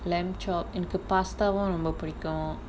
lamb chop எனக்கு:enakku pasta mm ரொம்ப புடிக்கும்:romba pudikkum